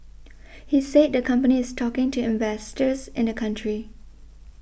he said the company is talking to investors in the country